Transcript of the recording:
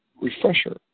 refresher